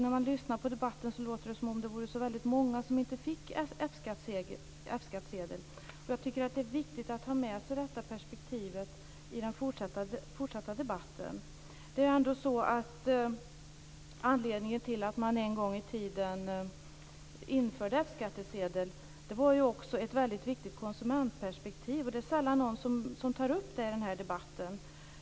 När man lyssnar på debatten låter det som att det var väldigt många som inte fick F-skattsedel. Det är viktigt att ha med sig detta perspektiv i den fortsatta debatten. Anledningen till att man en gång i tiden införde F skattsedel var att konsumentperspektivet var väldigt viktigt. Det är sällan någon som tar upp det i debatten.